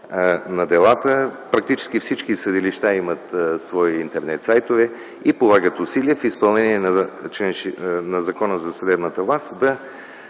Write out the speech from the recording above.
на делата. Практически всички съдилища имат свои интернет сайтове и полагат усилия в изпълнение на Закона за съдебната власт, да